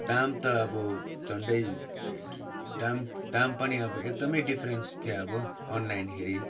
दाम त अब झन्डै दाम दाम पनि अब एकदमै डिफरेन्स थियो अब अनलाइन हेरी